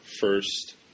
first